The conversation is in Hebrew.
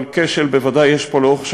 אבל כשל בוודאי יש פה לאורך שנים,